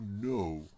no